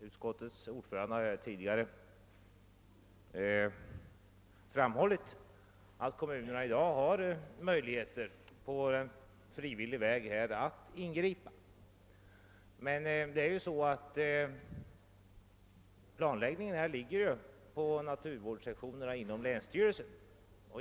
Utskottets ordförande har tidigare framhållit att kommunerna i dag har möjlighet att på frivillig väg ingripa. Planläggningen ankommer dock på naturvårdssektionen hos vederbörande länsstyrelse.